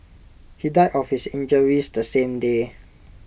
he died of his injuries the same day